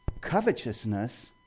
covetousness